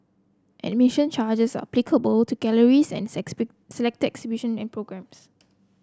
admission charges are applicable to galleries and selected exhibition and programmes